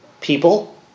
people